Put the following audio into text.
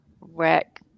wreck